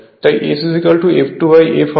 তাই Sf2f হবে